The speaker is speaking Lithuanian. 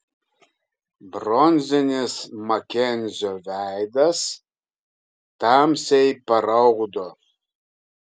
bronzinis makenzio veidas tamsiai paraudo